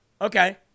Okay